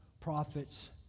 prophets